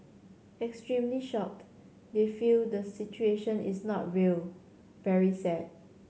extremely shocked they feel the situation is not real very sad